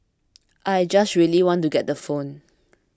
I just really want to get the phone